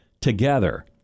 together